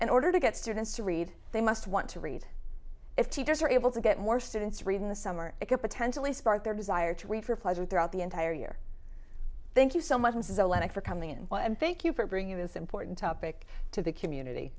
in order to get students to read they must want to read if teachers are able to get more students read in the summer it could potentially spark their desire to read for pleasure throughout the entire year thank you so much for coming in and thank you for bringing this important topic to the community